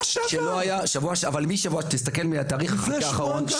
בואו נהיה מדויקים, תסתכל על התאריך האחרון.